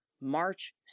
March